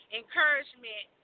encouragement